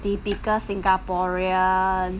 typical singaporean